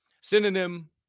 Synonym